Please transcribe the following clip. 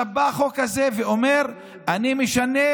עכשיו בא החוק הזה ואומר: אני משנה,